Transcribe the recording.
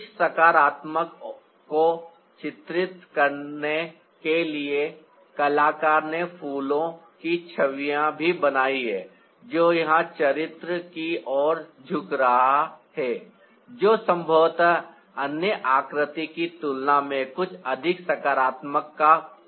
कुछ सकारात्मकता को चित्रित करने के लिए कलाकार ने फूलों की छवियां भी बनाई हैं जो यहां चरित्र की ओर झुक रहा है जो संभवतः अन्य आकृति की तुलना में कुछ अधिक सकारात्मक का प्रतीक है